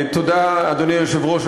תודה, אדוני היושב-ראש.